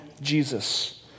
Jesus